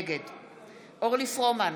נגד אורלי פרומן,